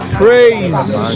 praise